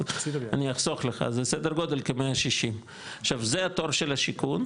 אני אחסוך לך זה 160. עכשיו זה התור של השיכון,